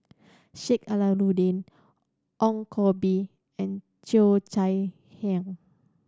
Sheik Alau'ddin Ong Koh Bee and Cheo Chai Hiang